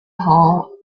hall